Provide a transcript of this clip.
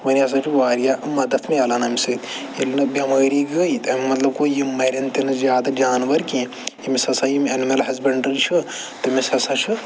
وَنہِ ہسا چھِ وارِیاہ مَدتھ مِلان اَمہِ سۭتۍ ییٚلہِ نہٕ بٮ۪مٲری گٔے تَمیُک مطلب گوٚو یِم مَرٮ۪ن تہِ نہٕ زیادٕ جانور کیٚنٛہہ ییٚمِس ہَسا یِم اَنِمٕل ہٮ۪زبٮ۪نٛڈرٛی چھُ تٔمِس ہَسا چھُ